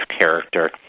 character